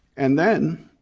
and then,